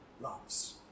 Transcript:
loves